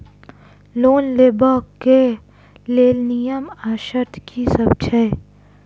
Loan लेबऽ कऽ लेल नियम आ शर्त की सब छई?